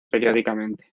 periódicamente